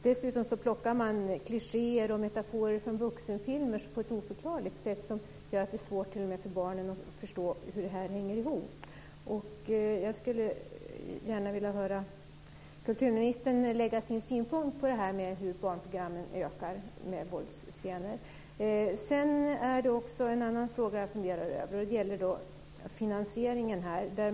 Dessutom plockas klichéer och metaforer från vuxenfilmer på ett oförklarligt sätt. Därmed blir det svårt t.o.m. för barnen att förstå hur det hela hänger ihop. Jag skulle gärna vilja höra kulturministerns synpunkter på detta med att våldsscenerna ökar i barnprogrammen. En annan fråga som jag funderar över gäller finansieringen.